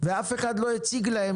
ואף אחד לא הציג להם